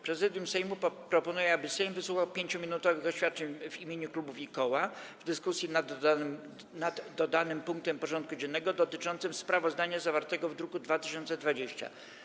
Prezydium Sejmu proponuje, aby Sejm wysłuchał 5-minutowych oświadczeń w imieniu klubów i koła w dyskusji nad dodanym punktem porządku dziennego dotyczącym sprawozdania zawartego w druku nr 2020.